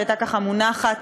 שהייתה מונחת,